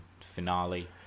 finale